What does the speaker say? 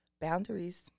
Boundaries